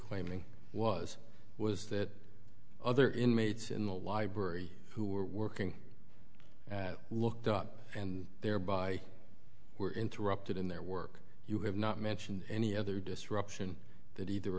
claiming was was that other inmates in the library who were working at looked up and thereby were interrupted in their work you have not mentioned any other disruption that either